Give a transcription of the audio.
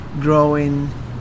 growing